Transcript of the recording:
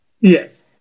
Yes